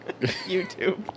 YouTube